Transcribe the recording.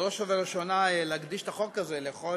בראש ובראשונה להקדיש את החוק הזה לכל